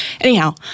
Anyhow